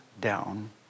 down